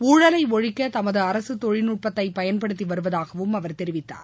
ஊழலை ஒழிக்க தமது அரசு தொழில்நுட்பத்தை பயன்படுத்தி வருவதாகவும் அவர் தெரிவித்தார்